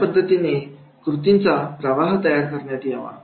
अशा पद्धतीने कृतींचा प्रवाह तयार करण्यात यावा